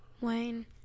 wayne